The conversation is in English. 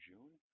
June